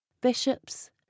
bishops